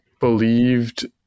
believed